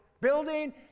building